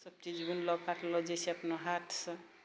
सभ चीज बुनलो काटलो जाइत छै अपना हाथसँ